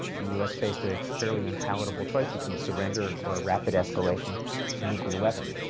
the us faced a fairly unpalatable choice between surrender, or a rapid escalation to nuclear weapons.